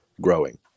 growing